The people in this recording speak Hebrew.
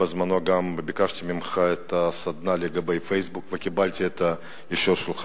בזמנו גם ביקשתי ממך את הסדנה לגבי "פייסבוק" וקיבלתי את האישור שלך,